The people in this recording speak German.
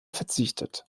verzichtet